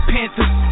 Panthers